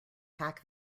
pack